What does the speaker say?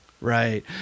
Right